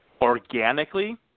Organically